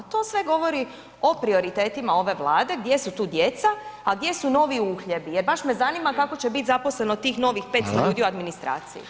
To sve ogovori o prioritetima ove Vlade gdje su tu djeca a gdje su novi uhljebi jer baš me zanima kako će bit zaposleno tih novih 500 ljudi u administraciji.